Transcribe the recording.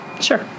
Sure